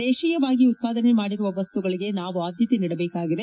ದೇತೀಯವಾಗಿ ಉತ್ತಾದನೆ ಮಾಡಿರುವ ವಸ್ತುಗಳಿಗೆ ನಾವು ಆದ್ದತೆ ನೀಡಬೇಕಾಗಿದೆ